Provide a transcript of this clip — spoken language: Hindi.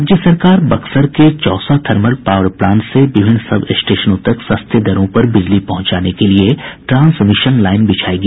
राज्य सरकार बक्सर के चौसा थर्मल पावर प्लांट से विभिन्न सब स्टेशनों तक सस्ते दरों पर बिजली पहुंचाने के लिए ट्रांसमिशन लाईन बिछायेगी